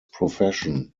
profession